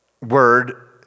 word